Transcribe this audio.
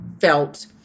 felt